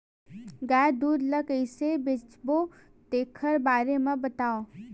गाय दूध ल कइसे बेचबो तेखर बारे में बताओ?